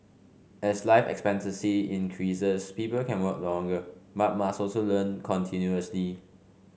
as life expectancy increases people can work longer but must also learn continuously